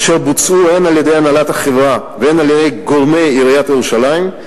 אשר נעשו הן על-ידי הנהלת החברה והן על-ידי גורמי עיריית ירושלים,